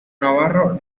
navarro